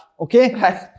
Okay